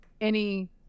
any-